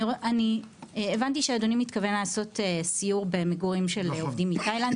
אני הבנתי שאדוני מתכוון לעשות סיור במגורים של עובדים מתאילנד.